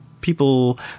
people